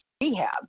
rehab